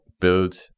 build